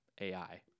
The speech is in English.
AI